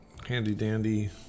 Handy-dandy